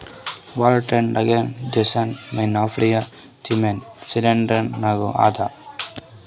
world trade organisation main office Geneva Switzerland ನಾಗ್ ಅದಾ